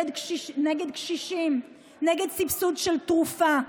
נגד קשישים, נגד סבסוד של תרופה,